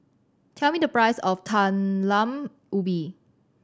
tell me the price of Talam Ubi